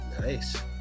nice